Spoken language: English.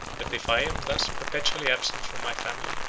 that if i am thus perpetually absent from my family,